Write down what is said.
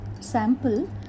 sample